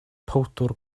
powdr